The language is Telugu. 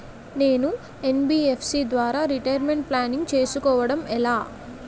నేను యన్.బి.ఎఫ్.సి ద్వారా రిటైర్మెంట్ ప్లానింగ్ చేసుకోవడం ఎలా?